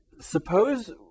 suppose